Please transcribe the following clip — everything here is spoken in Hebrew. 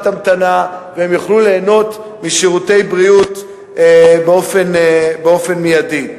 המתנה והם יוכלו ליהנות משירותי בריאות באופן מיידי.